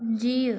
जीउ